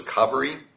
recovery